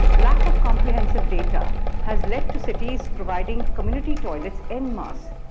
lack of comprehensive data has led to cities providing community toilets en masse.